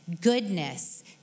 goodness